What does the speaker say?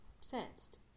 sensed